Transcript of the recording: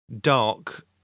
dark